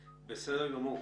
תודה, אדוני.